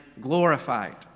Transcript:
glorified